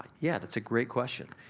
yeah that's a great question.